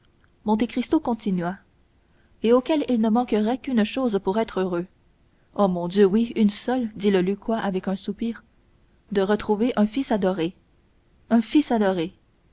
porte monte cristo continua et auquel il ne manquerait qu'une chose pour être heureux oh mon dieu oui une seule dit le lucquois avec un soupir de retrouver un fils adoré un fils adoré